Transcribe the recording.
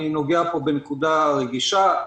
זו נקודה רגישה,